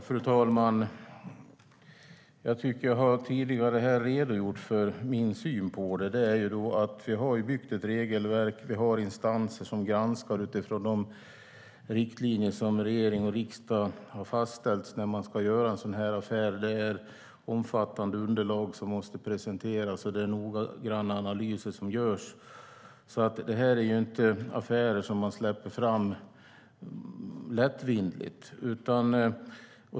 Fru talman! Jag har tidigare redogjort för min syn på detta. Det finns ett regelverk och instanser som granskar utifrån de riktlinjer som regering och riksdag har fastställt när det gäller den här typen av affär. Det måste presenteras ett omfattande underslag och noggranna analyser göras, så en sådan affär sker ju inte lättvindigt.